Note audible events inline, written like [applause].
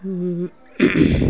[unintelligible]